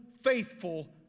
faithful